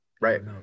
right